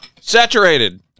saturated